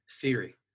theory